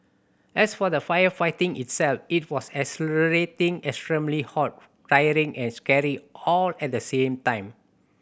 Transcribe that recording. as for the firefighting itself it was exhilarating extremely hot tiring and scary all at the same time